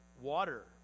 water